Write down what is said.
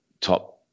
top